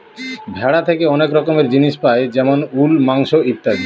ভেড়া থেকে অনেক রকমের জিনিস পাই যেমন উল, মাংস ইত্যাদি